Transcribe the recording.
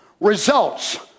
Results